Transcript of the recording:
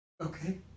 Okay